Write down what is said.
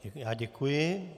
Já děkuji.